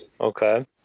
Okay